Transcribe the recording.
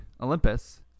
Olympus